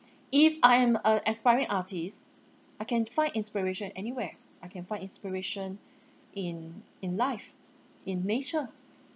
if I am a aspiring artist I can find inspiration anywhere I can find inspiration in in life in nature